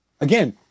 Again